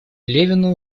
левину